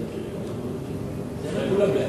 לכלול את